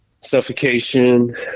suffocation